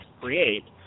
create